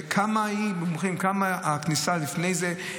כמה הכניסה לפני כן,